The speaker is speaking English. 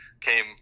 came